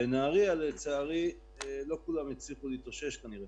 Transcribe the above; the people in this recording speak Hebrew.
ובנהריה לצערי לא כולם יצליחו להתאושש כנראה